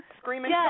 screaming